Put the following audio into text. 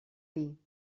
dir